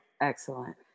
Excellent